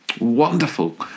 Wonderful